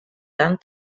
tant